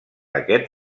aquest